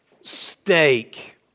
steak